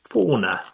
Fauna